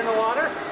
water?